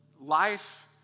Life